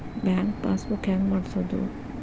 Bank passbook ಹೆಂಗ್ ಮಾಡ್ಸೋದು?